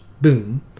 boom